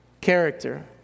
Character